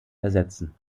ersetzen